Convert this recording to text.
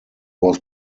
was